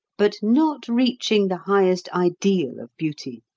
but not reaching the highest ideal of beauty!